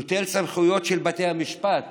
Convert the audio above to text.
נוטל סמכויות של בתי המשפט